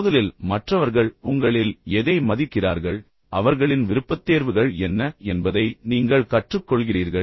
மோதலில் மற்றவர்கள் உங்களில் எதை மதிக்கிறார்கள் அவர்களின் விருப்பத்தேர்வுகள் என்ன என்பதை நீங்கள் கற்றுக்கொள்கிறீர்கள்